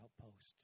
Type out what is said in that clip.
outpost